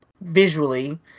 visually